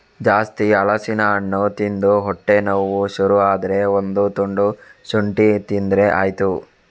ಜಾಸ್ತಿ ಹಲಸಿನ ಹಣ್ಣು ತಿಂದು ಹೊಟ್ಟೆ ನೋವು ಶುರು ಆದ್ರೆ ಒಂದು ತುಂಡು ಶುಂಠಿ ತಿಂದ್ರೆ ಆಯ್ತು